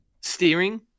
steering